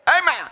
Amen